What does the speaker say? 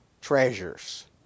treasures